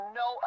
no